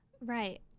Right